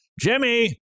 Jimmy